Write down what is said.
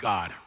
God